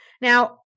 Now